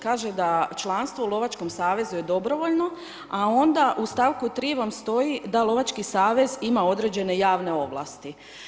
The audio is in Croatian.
Kaže da članstvo u lovačkom savezu je dobrovoljno, a onda u stavku 3. vam stoji da lovački savez ima određene javne ovlasti.